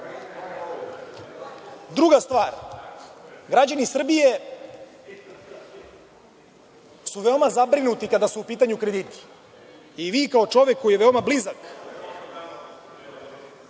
stvar, građani Srbije su veoma zabrinuti kada su u pitanju krediti. Vi, kao čovek koji je veoma blizak